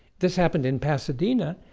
this happened in pasadena